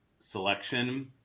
selection